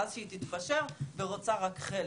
ואז שהיא תתפשר ורוצה רק חלק.